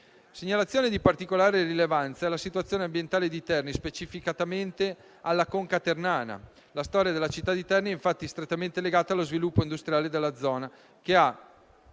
Segnalazione di particolare rilevanza è la situazione ambientale di Terni, specificatamente della conca ternana. La storia della città di Terni è infatti strettamente legata allo sviluppo industriale della zona, che ha